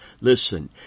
Listen